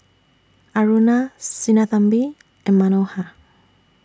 Aruna Sinnathamby and Manohar